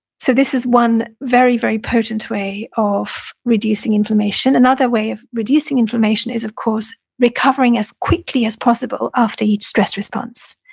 so this is one very, very potent way of reducing inflammation another way of reducing inflammation is, of course, recovering as quickly as possible after each stress response,